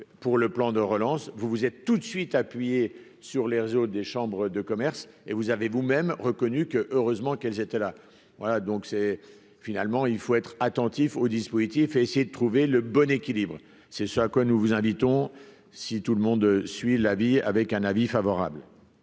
pour le plan de relance, vous vous êtes tout de suite, appuyé sur les réseaux des chambres de commerce et vous avez vous-même reconnu que heureusement qu'elles étaient là, voilà, donc c'est finalement il faut être attentif aux dispositifs et essayer de trouver le bon équilibre, c'est ce à quoi nous vous invitons si tout le monde suit l'vie avec un avis favorable.